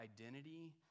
identity